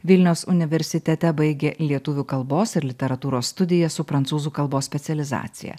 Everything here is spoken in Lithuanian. vilniaus universitete baigė lietuvių kalbos ir literatūros studijas su prancūzų kalbos specializacija